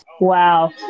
Wow